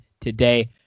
today